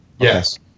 Yes